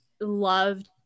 loved